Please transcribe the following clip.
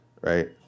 right